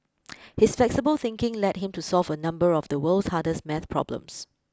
his flexible thinking led him to solve a number of the world's hardest math problems